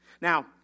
Now